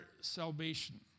salvation